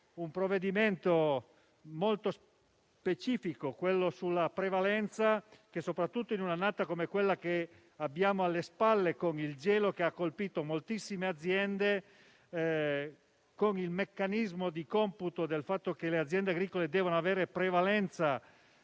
un provvedimento molto specifico sulla prevalenza, importante soprattutto in un'annata come quella che abbiamo alle spalle, con il gelo che ha colpito moltissime aziende. Si tratta del meccanismo di computo, secondo cui le aziende agricole devono avere prevalenza